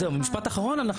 במשפט אחרון,